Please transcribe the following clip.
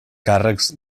càrrecs